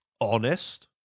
honest